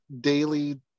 daily